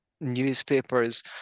newspapers